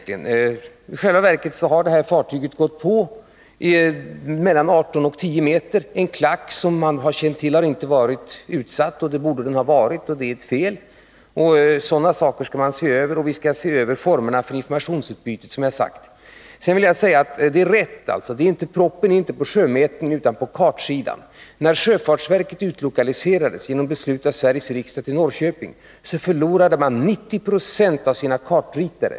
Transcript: I själva verket har fartyget gått på ett grund i ett område som är mellan 18 och 10 meter djupt. En klack som man känt till har inte varit utsatt. Det borde den ha varit. Det är fel att den inte är det. Sådana saker skall man se över. Vi skall också, som jag har sagt, se över formerna för informationsutbytet. Sedan vill jag säga att det är riktigt att proppen inte är på sjömätningssidan utan på kartsidan. När sjöfartsverket genom beslut av Sveriges riksdag utlokaliserades till Norrköping, förlorade man 90 96 av sina kartritare.